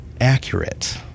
accurate